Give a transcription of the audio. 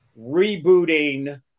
rebooting